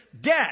debt